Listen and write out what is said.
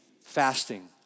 fasting